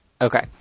Okay